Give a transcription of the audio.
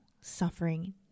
suffering